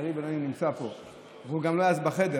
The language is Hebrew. יריב לא נמצא פה והוא גם לא היה אז בחדר,